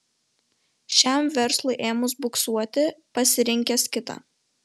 šiam verslui ėmus buksuoti pasirinkęs kitą